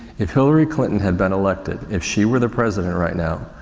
if hillary clinton had been elected, if she were the president right now,